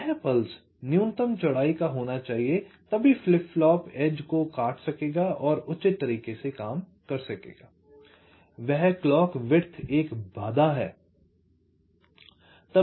वह पल्स न्यूनतम चौड़ाई का होना चाहिए तभी फ्लिप फ्लॉप किनारे को काट सकेगा और उचित तरीके से काम कर सकेगा I वह क्लॉक की चौड़ाई एक बाधा है